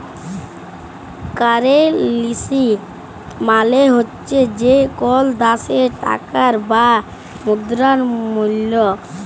currency মালে হছে যে কল দ্যাশের টাকার বা মুদ্রার মূল্য